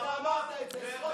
אתה אמרת את זה,